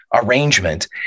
arrangement